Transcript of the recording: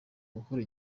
ugukora